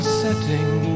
setting